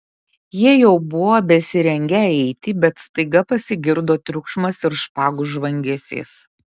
jie jau buvo besirengią eiti bet staiga pasigirdo triukšmas ir špagų žvangesys